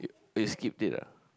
oh you skipped it ah